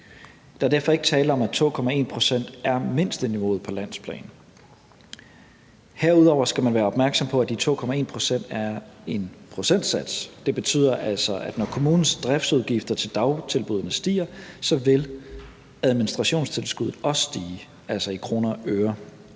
Der er derfor ikke tale om, at 2,1 pct. er mindsteniveauet på landsplan. Herudover skal man være opmærksom på, at de 2,1 pct. er procentsats. Det betyder altså, at når kommunens driftsudgifter til dagtilbuddene stiger, vil administrationstilskuddet også stige, altså i kroner og øre.